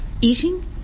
Eating